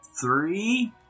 Three